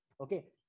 Okay